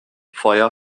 feuer